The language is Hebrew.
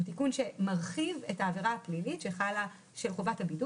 הוא מרחיב את העבירה הפלילית של חובת הבידוד